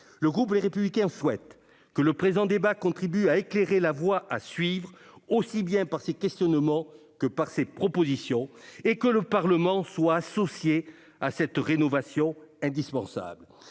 Le groupe Les Républicains souhaite que le présent débat contribue à éclairer la voie à suivre, tant par ses questionnements que par ses propositions, et que le Parlement soit associé à cette rénovation indispensable.